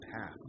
path